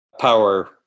power